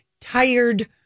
tired